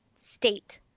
State